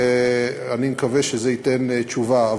ואני מקווה שזה ייתן תשובה.